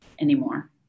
anymore